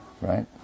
right